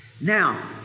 Now